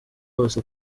bose